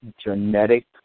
genetic